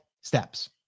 steps